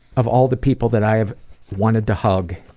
of all the people that i have wanted to hug